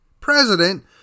president